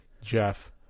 Jeff